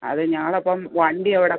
അത് ഞങ്ങൾ അപ്പം വണ്ടി അവിടെ